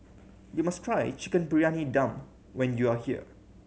you must try Chicken Briyani Dum when you are here